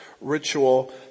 ritual